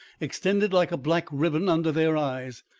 extended like a black ribbon under their eyes,